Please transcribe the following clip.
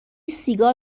سیگار